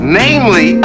namely